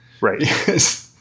Right